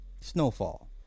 snowfall